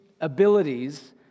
abilities